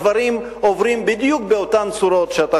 הדברים עוברים בדיוק באותן צורות שאתה,